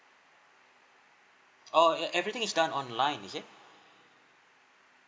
oh ya everything is done online is it